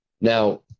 now